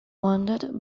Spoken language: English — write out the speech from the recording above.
wounded